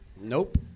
Nope